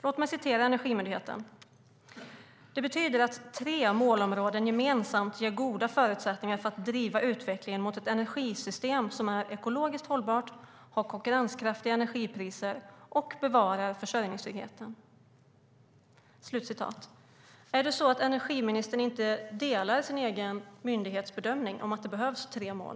Låt mig citera Energimyndigheten: Det betyder att tre målområden gemensamt ger goda förutsättningar för att driva utvecklingen mot ett energisystem som är ekologiskt hållbart, har konkurrenskraftiga energipriser och bevarar försörjningstryggheten. Är det så att energiministern inte delar sin egen myndighets bedömning att det behövs tre mål?